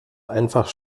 einfach